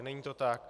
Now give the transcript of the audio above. Není to tak.